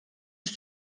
els